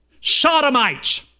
sodomites